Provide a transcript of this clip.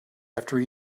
after